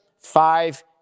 five